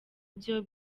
byo